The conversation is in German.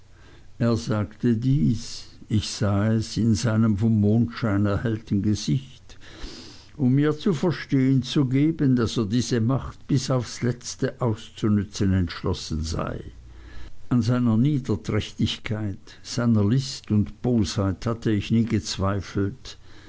er sagte dies ich sah es in seinem vom mondschein erhellten gesicht um mir zu verstehen zu geben daß er diese macht bis aufs letzte auszunützen entschlossen sei an seiner niederträchtigkeit seiner list und bosheit hatte ich nie gezweifelt